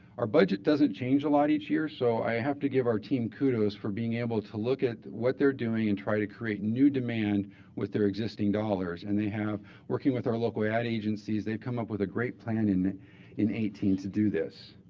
our budget doesn't change a lot each year, so i have to give our team kudos for being able to look at what they're doing and try to create new demand with their existing dollars. and, working with our local ad agencies, they've come up with a great plan in in eighteen to do this.